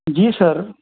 जी sir